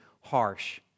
harsh